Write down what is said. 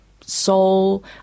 soul